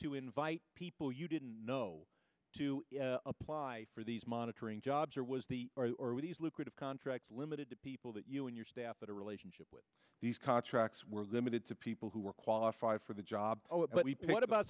to invite people you didn't know to apply for these monitoring jobs or was the or were these lucrative contracts limited to people that you and your staff but a relationship with these contracts were limited to people who were qualified for the job but we paid about